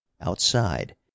Outside